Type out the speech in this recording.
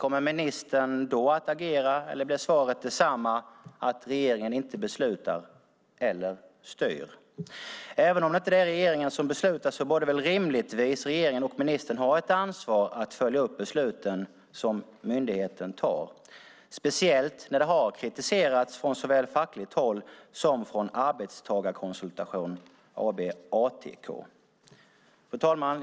Kommer ministern att agera då, eller blir svaret detsamma, det vill säga att regeringen inte beslutar eller styr? Även om det inte är regeringen som beslutar borde väl rimligtvis regeringen och ministern ha ett ansvar att följa upp besluten som myndigheten tar, speciellt när det har kritiserats såväl från fackligt håll som från ATK Arbetstagarkonsultation AB. Fru talman!